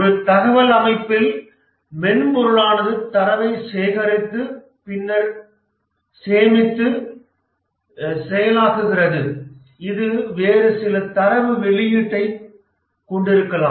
ஒரு தகவல் அமைப்பில் மென்பொருளானது தரவைச் சேகரித்து சேமித்து பின்னர் செயலாக்குகிறது இது வேறு சில தரவு வெளியீட்டைக் கொண்டிருக்கலாம்